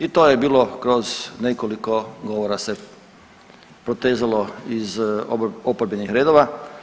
I to je bilo kroz nekoliko govora se protezalo iz oporbenih redova.